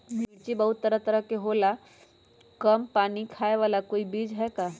मिर्ची बहुत तरह के होला सबसे कम पानी खाए वाला कोई बीज है का?